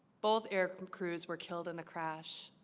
both eric and crews were killed in the crash